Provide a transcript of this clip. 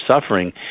suffering